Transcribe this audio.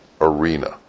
arena